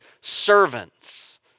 servants